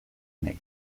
naiz